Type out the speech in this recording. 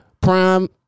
Prime